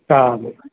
સારું